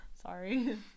Sorry